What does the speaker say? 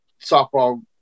softball